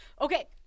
Okay